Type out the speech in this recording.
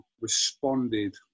responded